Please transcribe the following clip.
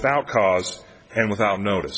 without cause and without notice